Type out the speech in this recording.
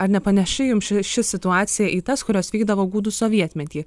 ar nepanėši jums ši situacija į tas kurios vykdavo gūdų sovietmetį